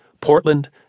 Portland